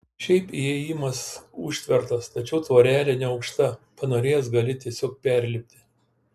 šiaip įėjimas užtvertas tačiau tvorelė neaukšta panorėjęs gali tiesiog perlipti